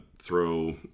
throw